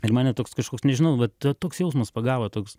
ir mane toks kažkoks nežinau vat toks jausmas pagavo toks